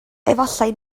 efallai